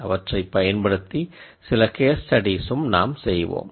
அவற்றை பயன்படுத்தி சில கேஸ் ஸ்டடீஸ் உம் நாம் செய்வோம்